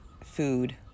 food